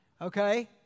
Okay